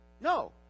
No